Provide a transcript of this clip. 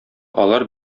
алар